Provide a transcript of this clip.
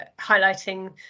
highlighting